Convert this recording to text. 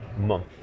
month